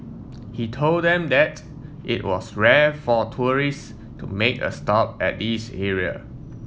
he told them that it was rare for tourists to make a stop at this area